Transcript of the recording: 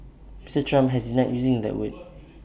Mr Trump has not using that word